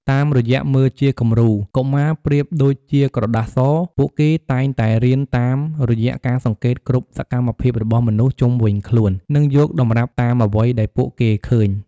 តាមរយៈមើលជាគំរូ កុមារប្រៀបដូចជាក្រដាសស ពួកគេតែងតែរៀនតាមរយៈការសង្កេតគ្រប់សកម្មភាពរបស់មនុស្សជុំវិញខ្លួន និងយកតម្រាប់តាមអ្វីដែលពួកគេឃើញ។